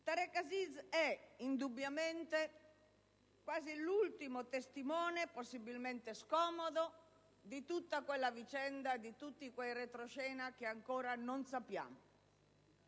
Tareq Aziz è indubbiamente quasi l'ultimo testimone, possibilmente scomodo, di tutta quella vicenda, di tutti quei retroscena che ancora non sappiamo.